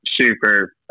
super